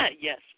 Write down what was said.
Yes